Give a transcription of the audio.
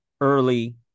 early